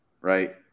right